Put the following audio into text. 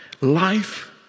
life